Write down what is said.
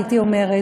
הייתי אומרת,